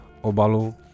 obalu